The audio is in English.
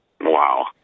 Wow